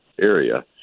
area